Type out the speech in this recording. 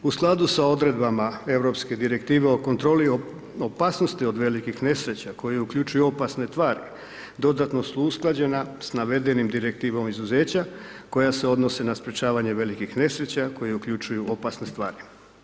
U skladu sa odredbama Europske direktive o kontroli opasnosti od velikih nesreća, koje uključuju opasne tvari, dodatno su usklađena s navedenom direktivom izuzeća, koja se odnose na sprječavanje velikih nesreća koje uključuju opasne stvari.